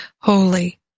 holy